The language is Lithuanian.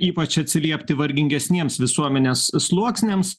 ypač atsiliepti vargingesniems visuomenės sluoksniams